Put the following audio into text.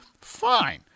Fine